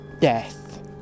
death